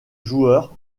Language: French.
joueur